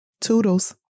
Toodles